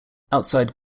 outside